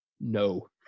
no